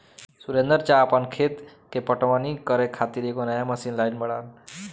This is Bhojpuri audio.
सुरेंदर चा आपन खेत के पटवनी करे खातिर एगो नया मशीन लाइल बाड़न